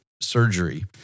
surgery